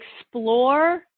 explore